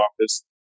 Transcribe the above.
office